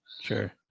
Sure